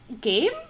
Game